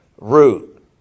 root